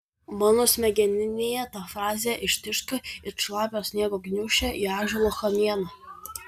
mano smegeninėje ta frazė ištiško it šlapio sniego gniūžtė į ąžuolo kamieną